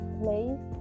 place